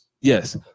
Yes